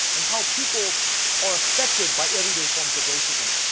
and how people or affected by everyday forms of racism,